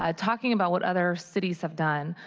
um talking about what other cities have done.